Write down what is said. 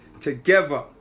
together